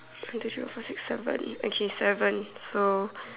one two three four five six seven okay seven so